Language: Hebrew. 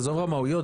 עזוב רמאויות,